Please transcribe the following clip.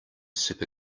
super